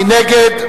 מי נגד?